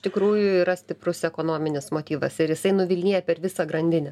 tikrųjų yra stiprus ekonominis motyvas ir jisai nuvilnija per visą grandinę